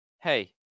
hey